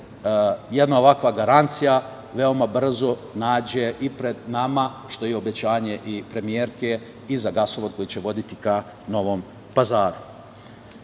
jedna ovakva garancija veoma brzo nađe i pred nama, što je i obećanje premijerke i za gasovod koji će voditi ka Novom